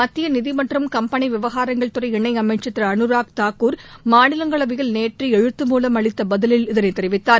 மத்திய நிதி மற்றும் கம்பெனி விவகாரங்கள் துறை இணையமைச்சர் திரு அனுராக் தாக்கூர் மாநிலங்களவையில் நேற்று எழுத்து மூலம் அளித்த பதிலில் இதனைத் தெரிவித்தார்